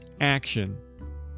action